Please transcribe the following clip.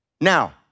Now